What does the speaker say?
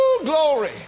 glory